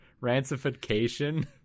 rancification